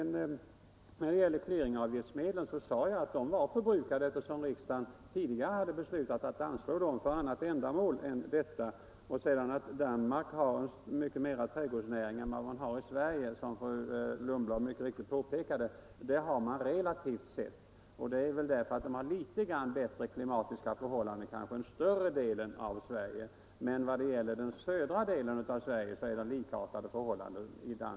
När det gäller clearingavgiftsmedlen sade jag att de var förbrukade, eftersom riksdagen tidigare hade beslutat att anslå dem för annat ändamål än detta. Som fru Lundblad mycket riktigt påpekade har Danmark relativt sett mer trädgårdsnäring än Sverige. Det beror väl på att Danmark har litet bättre klimat än större delen av Sverige, men den södra delen av Sverige har med Danmark likartade förhållanden.